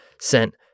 sent